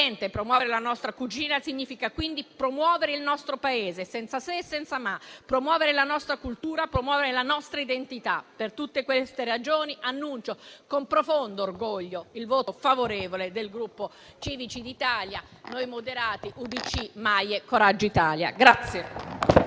promuovere la nostra cucina significa quindi promuovere il nostro Paese, senza se e senza ma; promuovere la nostra cultura e la nostra identità. Per tutte queste ragioni, annuncio con profondo orgoglio il voto favorevole del Gruppo Civici d'Italia-Noi Moderati-UDC-MAIE-Coraggio Italia.